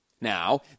Now